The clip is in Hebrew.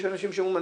יש אנשים שאומרים,